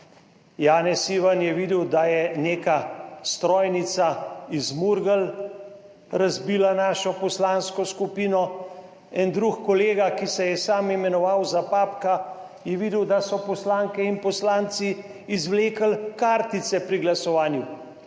Janez Ivan je videl, da je neka strojnica iz Murgel razbila našo poslansko skupino. En drug kolega, ki se je sam imenoval za papka, je videl, da so poslanke in poslanci izvlekli kartice pri glasovanju.